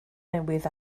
newydd